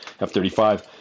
F-35